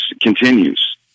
continues